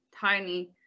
tiny